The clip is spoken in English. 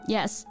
Yes